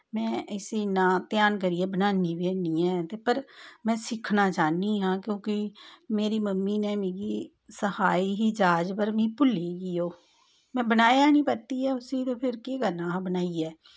में इस्सी इन्ना ध्यान करियै बनान्नी बी हैन्नी ऐं ते पर में सिक्खना चाह्न्नी आं क्योंकि मेरी मम्मी ने मिगी सखाई ही जाच पर मी भुल्ली गेई ही ओह् में बनाया निं परतियै उस्सी ते फिर केह् करना हा बनाइयै